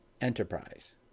enterprise